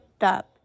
up